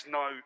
no